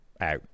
out